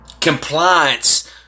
compliance